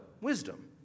wisdom